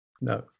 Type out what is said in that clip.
No